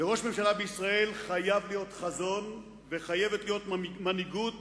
לראש ממשלה בישראל חייב להיות חזון וחייבת להיות מנהיגות